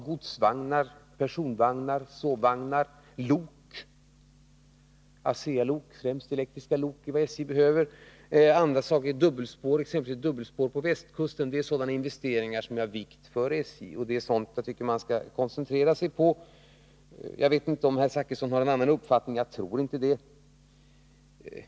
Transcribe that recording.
Godsvagnar, personvagnar, sovvagnar och ASEA-lok, främst elektriska lok, är vad SJ behöver. En annan sak är dubbelspår, exempelvis ett dubbelspår på västkusten. Det är sådana investeringar som är av vikt för SJ, och det är sådant jag tycker man skall koncentrera sig på. Jag vet inte om herr Zachrisson har en annan uppfattning — jag tror inte det.